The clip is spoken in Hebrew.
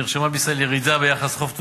נרשמה בישראל ירידה ביחס חוב תוצר.